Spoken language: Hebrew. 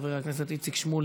חבר הכנסת איציק שמולי,